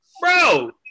Bro